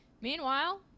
Meanwhile